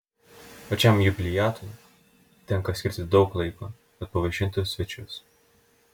pačiam jubiliatui tenka skirti daug laiko kad pavaišintų svečius